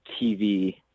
TV